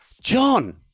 John